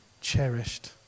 cherished